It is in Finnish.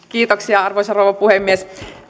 kiitoksia arvoisa rouva puhemies